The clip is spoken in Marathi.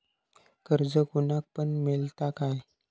कर्ज कोणाक पण मेलता काय?